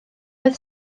oedd